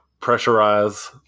pressurize